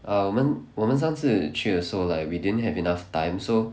ah 我们我们上次去的时候 like we didn't have enough time so